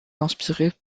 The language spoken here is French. inspirée